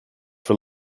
for